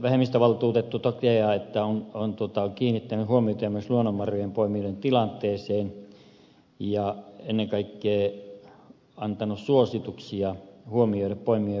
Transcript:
vähemmistövaltuutettu toteaa että on kiinnittänyt huomiota myös luonnonmarjojen poimijoiden tilanteeseen ja ennen kaikkea hän on antanut suosituksia huomioida poimijoiden velkaantuminen